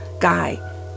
guy